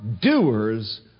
doers